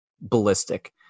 ballistic